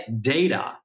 data